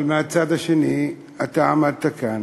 אבל מהצד השני, אתה עמדת כאן